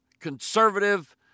conservative